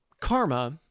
Karma